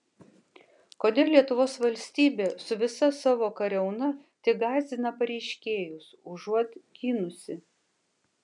kodėl lietuvos valstybė su visa savo kariauna tik gąsdina pareiškėjus užuot gynusi